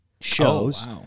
shows